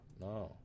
no